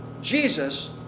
Jesus